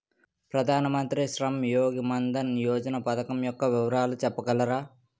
ప్రధాన మంత్రి శ్రమ్ యోగి మన్ధన్ యోజన పథకం యెక్క వివరాలు చెప్పగలరా?